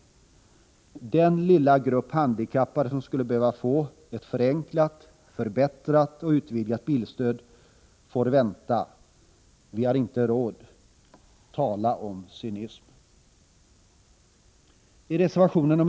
Den lilla grupp handikappade som skulle behöva få ett förenklat, förbättrat och utvidgat bilstöd får vänta. Vi har inte råd —talaom Nr 129 cynism!